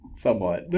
Somewhat